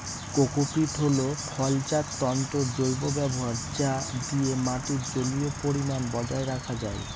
cocopeat হল ফলজাত তন্তুর জৈব ব্যবহার যা দিয়ে মাটির জলীয় পরিমান বজায় রাখা যায়